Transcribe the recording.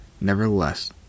Nevertheless